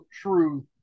Truth